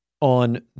on